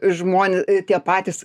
žmon tie patys